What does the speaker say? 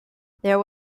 there